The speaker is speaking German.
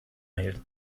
erhielt